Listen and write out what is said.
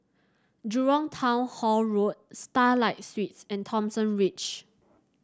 Jurong Town Hall Road Starlight Suites and Thomson Ridge